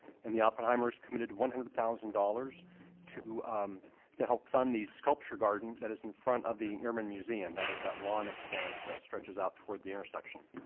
and the oppenheimers committed one hundred thousand dollars to to help fund the sculpture garden that is in front of the nerman museum. that is that lawn expanse that stretches out toward the intersection.